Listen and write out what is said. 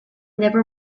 never